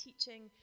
teaching